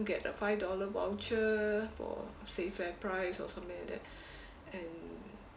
get a five dollar voucher for say FairPrice or something like that and